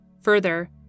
Further